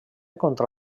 contra